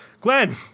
Glenn